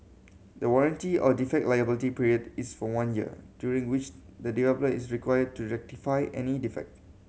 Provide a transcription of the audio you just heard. the warranty or defect liability period is for one year during which the developer is required to rectify any defect